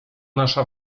nasza